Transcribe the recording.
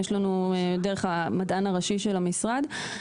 דרך המדען הראשי של המשרד.